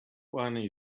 one